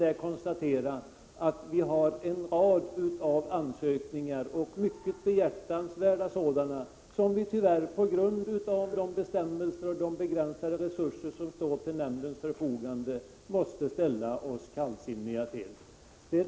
Dit kommer en rad mycket behjärtansvärda ansökningar, som vi tyvärr på grund av bestämmelserna och de begränsade resurser som står till nämndens förfogande måste ställa oss kallsinniga till.